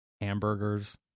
hamburgers